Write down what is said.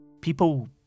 People